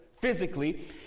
physically